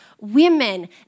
women